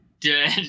Dead